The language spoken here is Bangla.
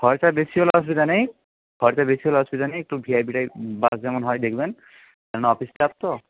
খরচা বেশি হলে অসুবিধা নেই খরচা বেশি হলে অসুবিধা নেই একটু V I P type bus যেমন হয় দেখবেন কেন না অফিস স্টাফ তো